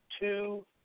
two